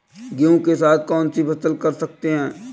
गेहूँ के साथ कौनसी फसल कर सकते हैं?